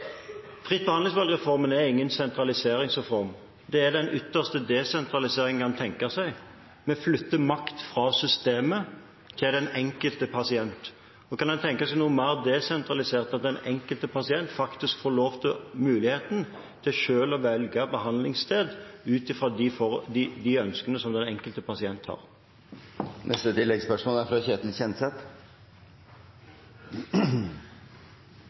Fritt behandlingsvalg-reformen er ingen sentraliseringsreform. Det er den ytterste desentralisering en kan tenke seg. Vi flytter makt fra systemet til den enkelte pasient. Kan en tenke seg noe mer desentralisert enn at den enkelte pasient faktisk får muligheten til selv å velge behandlingssted, ut ifra de ønskene som den enkelte pasient har? Ketil Kjenseth – til oppfølgingsspørsmål. Jeg oppfattet at spørsmålet fra